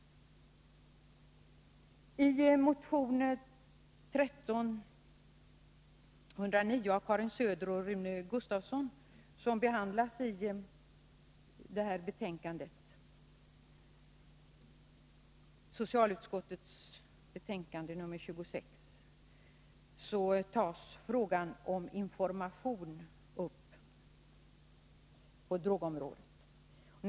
I motion 1309 av Karin Söder och Rune Gustavsson, som behandlas i socialutskottets betänkande 26, tas frågan om information på drogområdet upp.